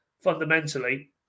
fundamentally